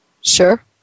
Sure